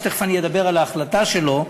שתכף אדבר על ההחלטה שלו,